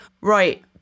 Right